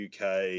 uk